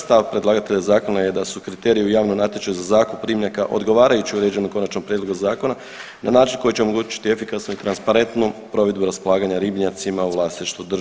Stav predlagatelja zakona je da su kriteriji u javnom natječaju za zakup ribnjaka odgovarajući u određenom konačnom prijedlogu zakona na način koji će omogućiti efikasnu i transparentnu provedbu i raspolaganja ribnjacima u vlasništvu države.